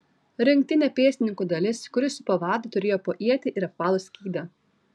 rinktinė pėstininkų dalis kuri supa vadą turėjo po ietį ir apvalų skydą